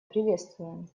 приветствуем